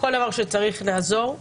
כל דבר שצריך נעזור.